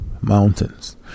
Mountains